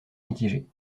mitigé